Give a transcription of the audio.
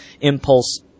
impulse